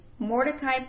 Mordecai